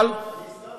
אני שר.